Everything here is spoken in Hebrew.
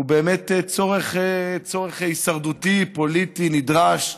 הוא באמת צורך הישרדותי פוליטי נדרש,